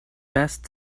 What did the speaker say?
best